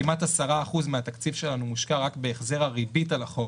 כמעט 10% מהתקציב שלנו מושקע רק בהחזר הריבית על החוב,